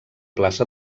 plaça